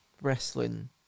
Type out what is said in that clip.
wrestling